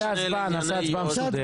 בסדר, נעשה הצבעה מסודרת.